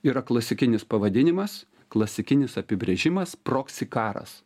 yra klasikinis pavadinimas klasikinis apibrėžimas proksi karas